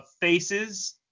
faces